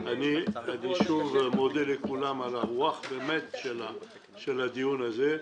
אם --- אני שוב מודה לכולם על הרוח של הדיון הזה.